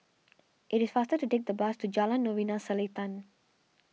it is faster to take the bus to Jalan Novena Selatan